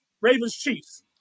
Ravens-Chiefs